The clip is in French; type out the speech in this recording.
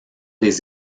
des